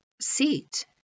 seat